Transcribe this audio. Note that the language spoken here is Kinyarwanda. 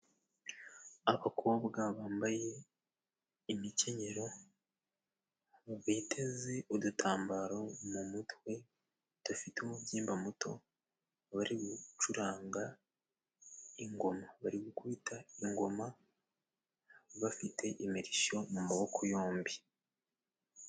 Abakobwa bambaye imikenyero biteze udutambaro mu mutwe dufite umubyimba muto. Bari gucuranga ingoma, bari gukubita ingoma bafite imirishyo mu maboko yombi.